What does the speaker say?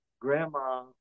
Grandma